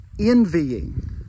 envying